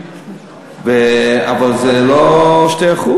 אבל זה לא 2%,